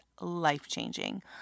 life-changing